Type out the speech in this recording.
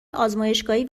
آزمایشگاهی